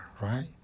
right